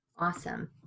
Awesome